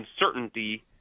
uncertainty